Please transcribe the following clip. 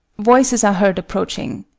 voices are heard approaching.